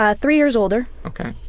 ah three years older.